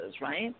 right